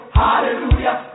hallelujah